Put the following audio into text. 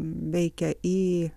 veikia į